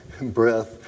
breath